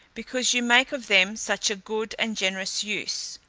because you make of them such a good and generous use.